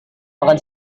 makan